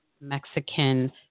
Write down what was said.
Mexican